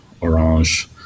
Orange